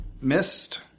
Missed